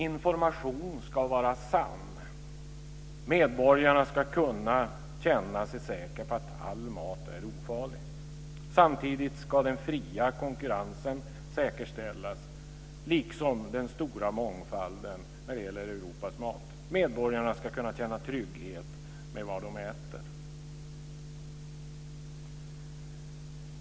Information ska vara sann. Medborgarna ska kunna känna sig säkra på att all mat är ofarlig. Samtidigt ska den fria konkurrensen säkerställas, liksom den stora mångfalden när det gäller Europas mat. Medborgarna ska kunna känna trygghet med vad de äter.